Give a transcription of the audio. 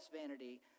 vanity